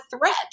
threat